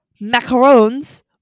macarons